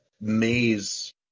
maze